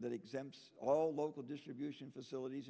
that exempt all local distribution facilities